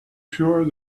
sure